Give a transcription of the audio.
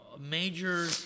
major